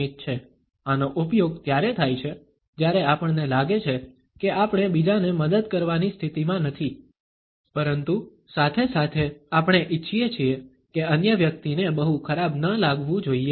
આનો ઉપયોગ ત્યારે થાય છે જ્યારે આપણને લાગે છે કે આપણે બીજાને મદદ કરવાની સ્થિતિમાં નથી પરંતુ સાથે સાથે આપણે ઈચ્છીએ છીએ કે અન્ય વ્યક્તિને બહુ ખરાબ ન લાગવું જોઈએ